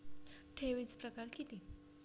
ठेवीचे प्रकार किती?